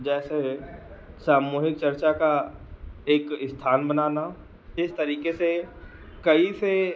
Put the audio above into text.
जैसे सामूहिक चर्चा का एक स्थान बनाना इस तरीके से कई से